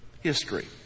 history